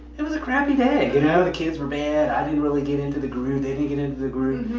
it was a crappy day you know, the kids were bad, i didn't really get into the groove, they didn't get into the groove,